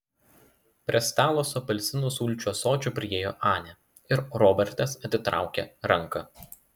prie stalo su apelsinų sulčių ąsočiu priėjo anė ir robertas atitraukė ranką